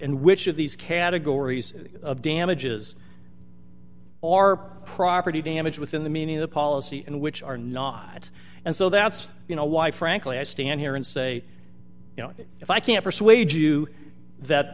and which of these categories of damages or property damage within the meaning of the policy and which are not and so that's you know why frankly i stand here and say you know if i can persuade you that